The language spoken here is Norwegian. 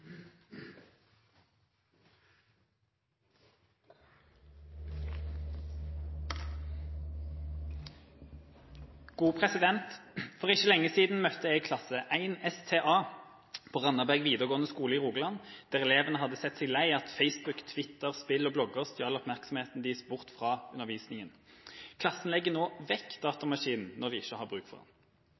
ikke lenge siden møtte jeg klasse 1STA på Randaberg videregående skole i Rogaland, der elevene hadde sett seg lei av at Facebook, Twitter, spill og blogger stjal oppmerksomheten deres bort fra undervisningen. Klassen legger nå bort datamaskinen når de ikke har bruk for den. Elevene utfordrer oss politikere og etterlyser en